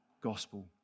gospel